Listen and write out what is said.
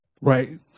Right